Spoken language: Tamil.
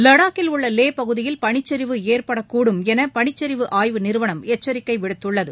லடாக்கில் உள்ள லே பகுதியில் பனிச்சரிவு ஏற்படவுக்கூடும் என பனிச்சரிவு ஆய்வு நிறுவனம் எச்சரிக்கை விடுத்துள்ளது